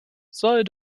soll